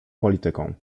polityką